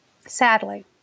sadly